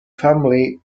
family